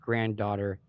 Granddaughter